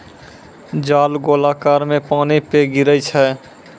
जाल गोलाकार मे पानी पे गिरै छै